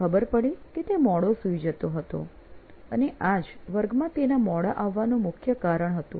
ખબર પડી કે તે મોડો સુઈ જતો હતો અને આ જ વર્ગમાં તેના મોડા આવવાનું મુખ્ય કારણ હતું